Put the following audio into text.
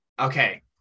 Okay